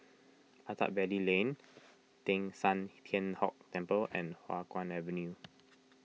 Attap Valley Lane Teng San Tian Hock Temple and Hua Guan Avenue